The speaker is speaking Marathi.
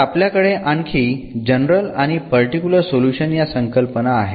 तर आपल्याकडे आणखी जनरल आणि पर्टिकुलर सोल्युशन या संकल्पना आहेत